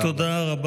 תודה רבה.